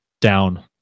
down